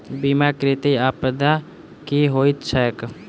बीमाकृत आपदा की होइत छैक?